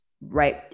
right